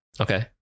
Okay